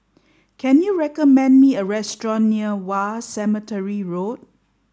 can you recommend me a restaurant near War Cemetery Road